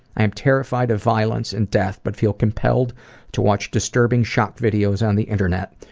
i am terrified of violence and death but feel compelled to watch disturbing shock videos on the internet.